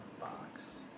box